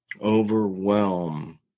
Overwhelm